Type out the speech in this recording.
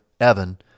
Evan